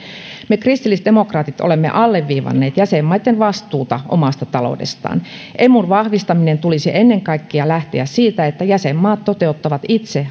me kristillisdemokraatit olemme alleviivanneet jäsenmaitten vastuuta omasta taloudestaan emun vahvistamisen tulisi ennen kaikkea lähteä siitä että jäsenmaat toteuttavat itse